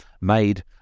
made